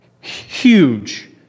Huge